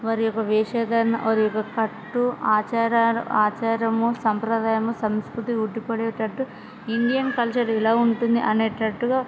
వారి యొక్క వేషధారణ వారి యొక్క కట్టు ఆచార ఆచారము సంప్రదాయము సంస్కృతి ఉట్టిపడేటట్టు ఇండియన్ కల్చర్ ఇలా ఉంటుంది అనేటట్టుగా